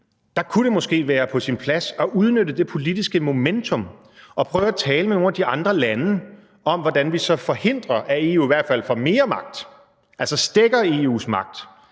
lys kunne det måske være på sin plads at udnytte det politiske momentum og prøve at tale med nogle af de andre lande om, hvordan vi så forhindrer, at EU i hvert fald får mere magt, altså hvordan vi stækker EU's magt.